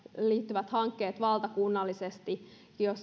liittyvät hankkeet valtakunnallisesti